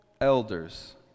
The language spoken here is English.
elders